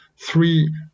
three